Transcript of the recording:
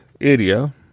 area